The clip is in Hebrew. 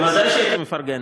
בוודאי שהייתי מפרגן,